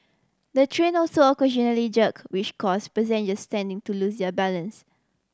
the train also occasionally jerk which cause passenger standing to lose their balance